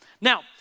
Now